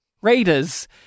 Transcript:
Raiders